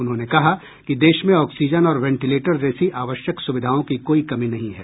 उन्होंने कहा कि देश में ऑक्सीजन और वेंटिलेटर जैसी आवश्यक सुविधाओं की कोई कमी नहीं है